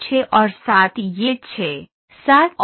६ और 7 यह ६ 7 और is है